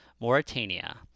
Mauritania